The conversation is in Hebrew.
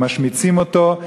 משמיצים אותו,